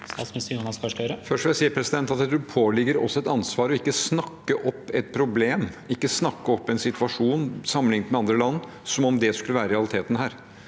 Først vil jeg si at det påligger oss et ansvar for ikke å snakke opp et problem – ikke å snakke opp en situasjon, sammenlignet med andre land, som om den skulle være realiteten her,